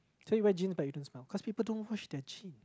so you wear jeans but you don't smell cause people don't wash their jeans